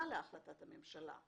שנעשית היום בהלימה להחלטת הממשלה,